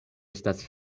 estas